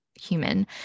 human